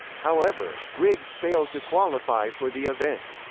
however, riggs failed to qualify for the event.